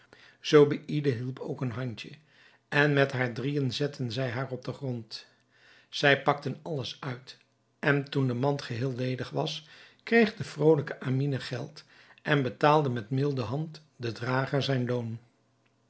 zobeïde hielp ook een handje en met haar drieën zetten zij haar op den grond zij pakten alles uit en toen de mand geheel ledig was kreeg de vrolijke amine geld en betaalde met milde hand den drager zijn loon